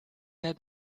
sehr